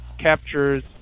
captures